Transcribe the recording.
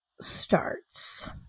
starts